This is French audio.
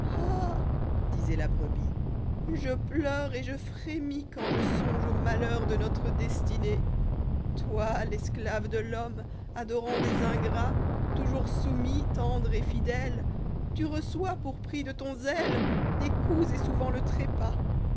disoit la brebis je pleure et je frémis quand je songe aux malheurs de notre destinée toi l'esclave de l'homme adorant des ingrats toujours soumis tendre et fidèle tu reçois pour pris de ton zèle des coups et souvent le trépas